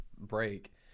break